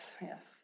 yes